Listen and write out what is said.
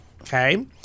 Okay